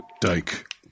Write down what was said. Dyke